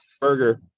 Burger